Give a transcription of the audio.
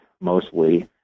mostly